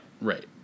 Right